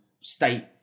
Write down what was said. state